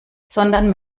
sondern